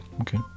Okay